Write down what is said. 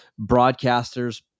broadcasters